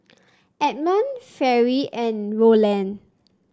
Edmund Fairy and Roland